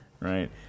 Right